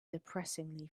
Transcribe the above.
depressingly